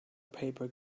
paper